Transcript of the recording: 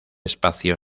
espacio